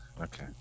Okay